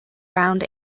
round